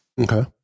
Okay